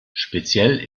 speziell